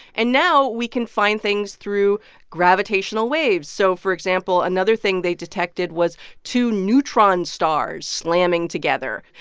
and now, we can find things through gravitational waves. so, for example, another thing they detected was two neutron stars slamming together,